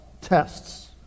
tests